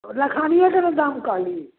लखानिएके ने दाम कहली